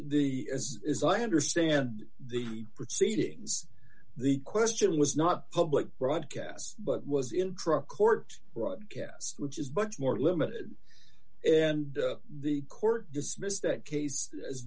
the as i understand the proceedings the question was not public broadcast but was in truck court broadcast which is much more limited and the court dismissed that case as